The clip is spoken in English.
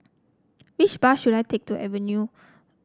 which bus should I take to Avenue